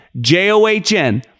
J-O-H-N